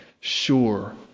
sure